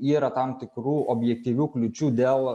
yra tam tikrų objektyvių kliūčių dėl